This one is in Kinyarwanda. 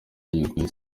bigwi